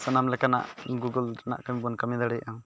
ᱥᱟᱱᱟᱢ ᱞᱮᱠᱟᱱᱟᱜ ᱜᱩᱜᱳᱞ ᱨᱮᱱᱟᱜ ᱠᱟᱹᱢᱤ ᱵᱚᱱ ᱠᱟᱹᱢᱤ ᱫᱟᱲᱮᱭᱟᱜᱼᱟ